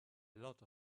lot